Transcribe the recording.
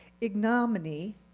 ignominy